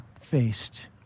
faced